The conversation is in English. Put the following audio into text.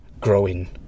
growing